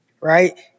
right